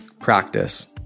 Practice